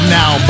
now